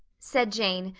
said jane,